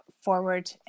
forward